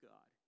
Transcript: God